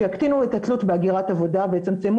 שיקטינו את התלות בהגירת עבודה ויצמצמו